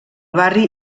barri